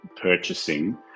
purchasing